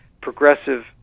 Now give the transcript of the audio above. progressive